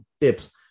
dips